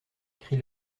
crie